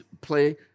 play